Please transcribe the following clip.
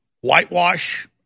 whitewash